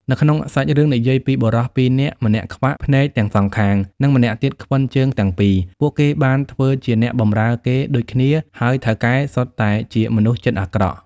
នៅក្នុងសាច់រឿងនិយាយពី បុរសពីរនាក់ ម្នាក់ខ្វាក់ភ្នែកទាំងសងខាង និងម្នាក់ទៀតខ្វិនជើងទាំងពីរ ពួកគេបានធ្វើជាអ្នកបម្រើគេដូចគ្នា ហើយថៅកែសុទ្ធតែជាមនុស្សចិត្តអាក្រក់ ។